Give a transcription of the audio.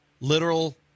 Literal